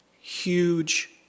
huge